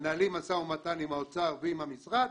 מנהלים משא ומתן עם האוצר ועם המשרד